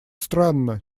странно